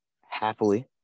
happily